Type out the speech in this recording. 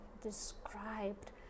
described